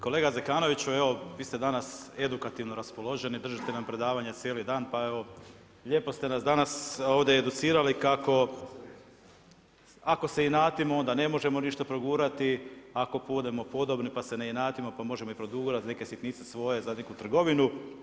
Kolega Zekanoviću, evo vi ste danas edukativno raspoloženi, držite nam predavanja cijeli dan pa evo lijepo ste nas danas ovdje educirali kako ako se inatimo da ne možemo ništa progurati, ako budemo podobni pa se ne inatimo pa možemo i progurat neke sitnice svoje, zadnji put trgovinu.